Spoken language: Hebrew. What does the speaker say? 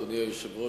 אדוני היושב-ראש,